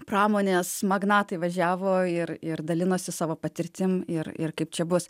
pramonės magnatai važiavo ir ir dalinosi savo patirtim ir ir kaip čia bus